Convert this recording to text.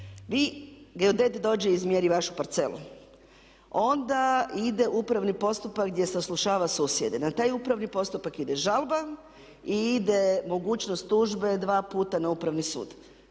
Vi, geodet dođe, izmjeri vašu parcelu, onda ide upravni postupak gdje saslušava susjede, na taj upravni postupak ide žalba i ide mogućnost tužbe dva puta na Upravni sud.